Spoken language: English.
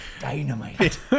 dynamite